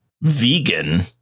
vegan